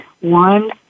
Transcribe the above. One